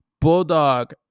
Bulldog